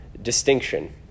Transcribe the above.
distinction